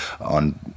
on